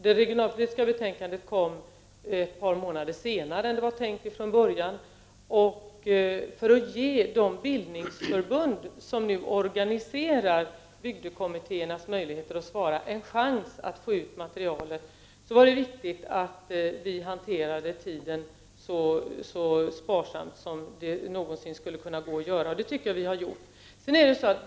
Det regionalpolitiska betänkandet kom ut ett par månader senare än det var tänkt från början. För att ge de bildningsförbund som ser till att bygdekommittéerna får möjlighet att svara en chans att få ut materialet var det viktigt att vi använde tiden så effektivt som möjligt. Det har vi alltså gjort.